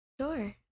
sure